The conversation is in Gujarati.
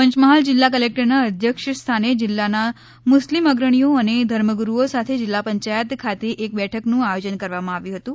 પંચમહાલ જિલ્લા કલેકટરના અધ્યક્ષસ્થાને જિલ્લાના મુસ્લિમ અગ્રણીઓ અને ધર્મગુરુઓ સાથે જિલ્લા પંચાયત ખાતે એક બેઠકનું આયોજન કરવામાં આવ્યું હતું